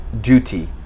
duty